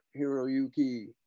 Hiroyuki